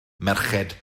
merched